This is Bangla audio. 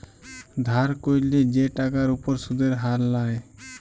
ধার ক্যইরলে যে টাকার উপর সুদের হার লায়